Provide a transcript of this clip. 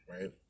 right